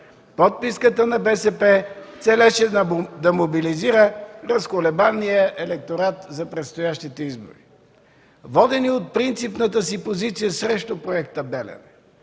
Подписката на БСП целеше да мобилизира разколебания електорат за предстоящите избори. Водени от принципната си позиция срещу Проекта „Белене”,